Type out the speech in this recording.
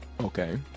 Okay